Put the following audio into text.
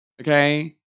Okay